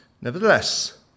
Nevertheless